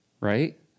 right